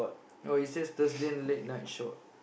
oh it says Thursday late night show